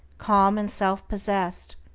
calm, and self-possessed,